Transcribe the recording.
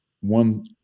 one